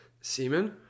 Semen